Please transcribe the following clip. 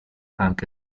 anche